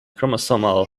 chromosomal